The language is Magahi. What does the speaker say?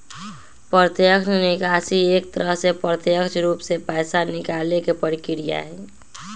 प्रत्यक्ष निकासी एक तरह से प्रत्यक्ष रूप से पैसा निकाले के प्रक्रिया हई